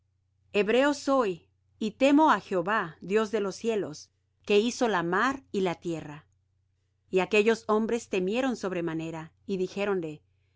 hebreo soy y temo á jehová dios de los cielos que hizo la mar y la tierra y aquellos hombres temieron sobremanera y dijéronle por